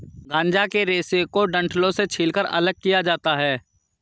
गांजा के रेशे को डंठलों से छीलकर अलग किया जाता है